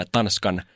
Tanskan